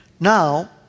Now